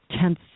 tenth